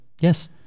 Yes